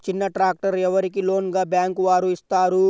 చిన్న ట్రాక్టర్ ఎవరికి లోన్గా బ్యాంక్ వారు ఇస్తారు?